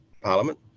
Parliament